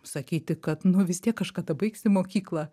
sakyti kad nu vis tiek kažkada baigsi mokyklą